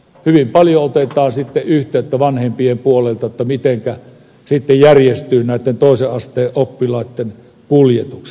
hyvin paljon otetaan sitten yhteyttä vanhempien puolelta että mitenkä sitten järjestyvät näitten toisen asteen oppilaitten kuljetukset